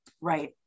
Right